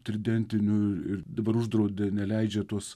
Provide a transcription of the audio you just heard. tridentinių ir dabar uždraudė neleidžia tuos